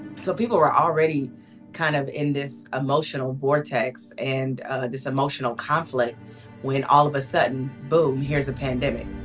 so people were already kind of in this emotional vortex and this emotional conflict when all of a sudden, boom, here's a pandemic.